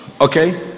Okay